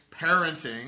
parenting